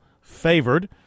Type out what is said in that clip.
favored